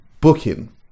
booking